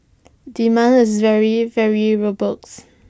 demand is very very robust